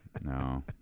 No